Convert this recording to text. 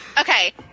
Okay